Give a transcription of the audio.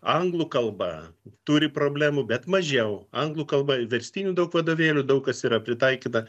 anglų kalba turi problemų bet mažiau anglų kalba verstinių daug vadovėlių daug kas yra pritaikyta